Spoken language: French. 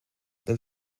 don